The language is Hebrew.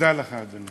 תודה לך, אדוני.